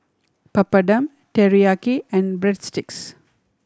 Papadum Teriyaki and Breadsticks